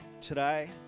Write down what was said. Today